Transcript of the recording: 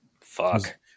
Fuck